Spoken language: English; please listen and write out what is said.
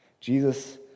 Jesus